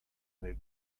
nel